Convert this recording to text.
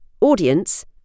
audience